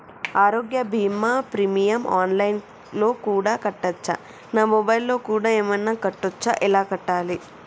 ఆరోగ్య బీమా premium online లో కూడా కట్టచ్చా? నా మొబైల్లో కూడా ఏమైనా కట్టొచ్చా? ఎలా కట్టాలి?